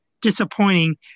disappointing